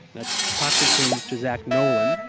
that's pocket change to zach nolan.